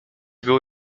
było